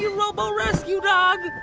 yeah robo rescue dog.